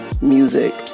music